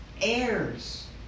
heirs